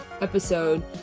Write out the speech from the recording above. episode